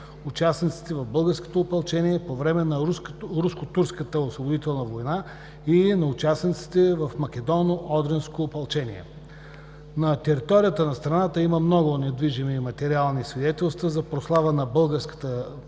участниците в българското опълчение по време на Руско-турската освободителна война и на участниците в Македоно-одринското опълчение. На територията на страната има много недвижимите материални свидетелства за прослава на български